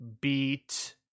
beat